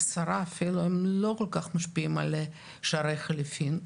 עשרה אפילו, הם לא כל כך משפיעים על שערי החליפין,